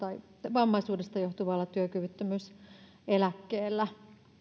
vammaisuudesta johtuvalla työkyvyttömyyseläkkeellä